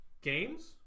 games